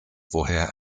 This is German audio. woher